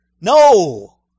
No